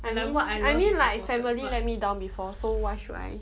I mean I mean like family let me down before so why should I